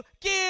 give